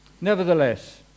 Nevertheless